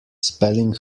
spelling